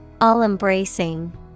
all-embracing